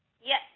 Yes